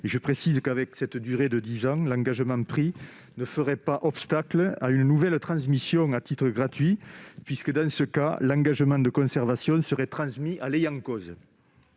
Je précise qu'avec cette durée de dix ans l'engagement pris ne ferait pas obstacle à une nouvelle transmission à titre gratuit, puisque, dans ce cas, l'engagement de conservation serait transmis à l'ayant cause.